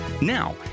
Now